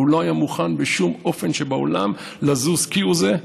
והוא לא היה מוכן בשום אופן שבעולם לזוז כהוא זה.